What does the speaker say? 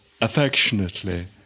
affectionately